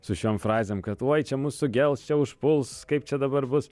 su šiom frazėm kad uoj čia mus sugels čia užpuls kaip čia dabar bus